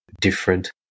different